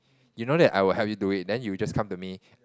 you know that I will help you do it then you just come to me